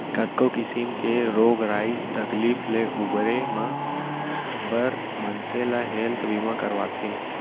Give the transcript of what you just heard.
कतको किसिम के रोग राई तकलीफ ले उबरे बर मनसे ह हेल्थ बीमा करवाथे